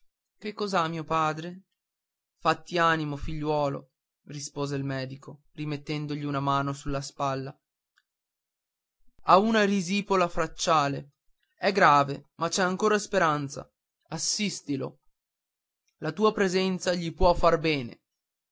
pianto che cos'ha mio padre fatti animo figliuolo rispose il medico rimettendogli una mano sulla spalla ha una risipola facciale è grave ma c'è ancora speranza assistilo la tua presenza gli può far del bene